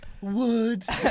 woods